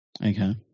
Okay